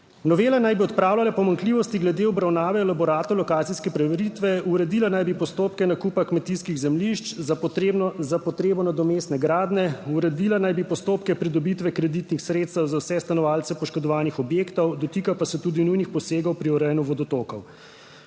Novela naj bi odpravljala pomanjkljivosti glede obravnave elaborata lokacijske preveritve, uredila naj bi postopke nakupa kmetijskih zemljišč za potrebo nadomestne gradnje, uredila naj bi postopke pridobitve kreditnih sredstev za vse stanovalce poškodovanih 14. TRAK: (SC) – 15.05 (nadaljevanje) objektov, dotika pa se tudi nujnih posegov pri urejanju vodotokov.